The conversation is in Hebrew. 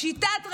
פשיטת רגל.